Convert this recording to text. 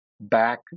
back